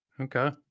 Okay